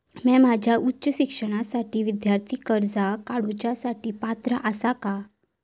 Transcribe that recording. म्या माझ्या उच्च शिक्षणासाठीच्या विद्यार्थी कर्जा काडुच्या साठी पात्र आसा का?